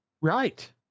right